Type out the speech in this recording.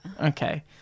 Okay